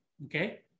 Okay